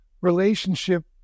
relationship